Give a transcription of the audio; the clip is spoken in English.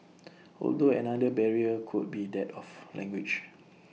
although another barrier could be that of language